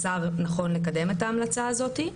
השר נכון לקדם את ההמלצה הזאת.